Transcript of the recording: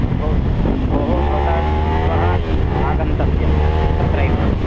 भो भोः भवता श्वः आगन्तव्यम् अत्रैव